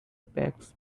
bags